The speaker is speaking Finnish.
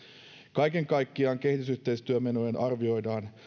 kaiken kaikkiaan kehitysyhteistyömenojen arvioidaan